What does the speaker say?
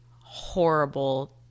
horrible